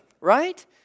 right